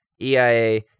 eia